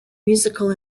musical